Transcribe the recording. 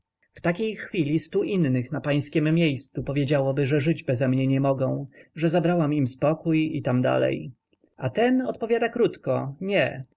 w takiej chwili stu innych na pańskiem miejscu powiedziałoby że żyć bezemnie nie mogą że zabrałam im spokój i tam dalej a ten odpowiada krótko nie